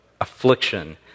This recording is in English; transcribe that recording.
affliction